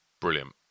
brilliant